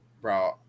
bro